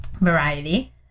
variety